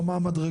לא מה המדרגות.